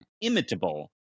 imitable